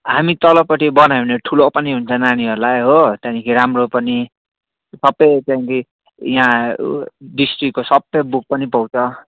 हामी तलपट्टि बनायो भने ठुलो पनि हुन्छ नानीहरूलाई हो त्यहाँदेखि राम्रो पनि सबै त्यहाँनेरि यहाँ डिस्ट्रिक्टको सबै बुक पनि पाउँछ